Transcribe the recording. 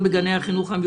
משרד החינוך אומר: "תשמעו,